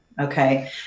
Okay